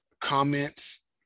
comments